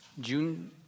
June